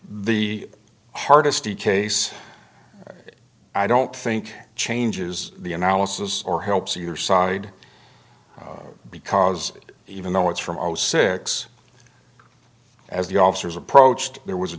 the hardesty case i don't think changes the analysis or helps either side because even though it's from all six as the officers approached there was a